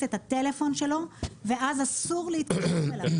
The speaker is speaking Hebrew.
את הטלפון שלו ואז אסור להתקשר אליו.